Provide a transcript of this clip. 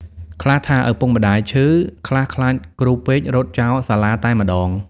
ខ្លះថាឪពុកម្ដាយឈឺ ខ្លះខ្លាចគ្រូពេករត់ចោលសាលាតែម្ដង ។